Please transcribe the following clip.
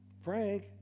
Frank